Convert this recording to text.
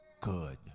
Good